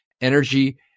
energy